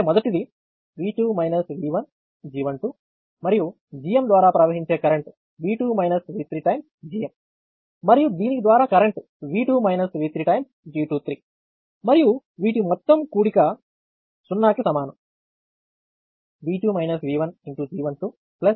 అంటే మొదటిది G12 మరియు Gm ద్వారా ప్రవహించే కరెంట్ x Gm మరియు దీని ద్వారా కరెంట్ G23 మరియు వీటి మొత్తం కూడిక '0' కి సమానం